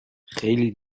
خیلی